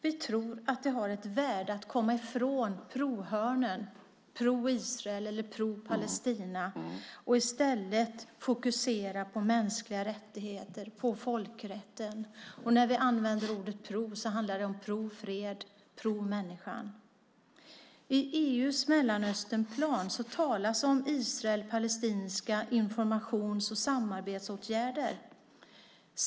Vi tror att det har ett värde att man kommer från pro-hörnen - pro-Israel eller pro-Palestina - och i stället fokuserar på mänskliga rättigheter och folkrätten. Om vi använder ordet "pro" handlar det om pro-fred och pro-människan. I EU:s Mellanösternplan talas om israelisk-palestinska informations och samarbetsåtgärder.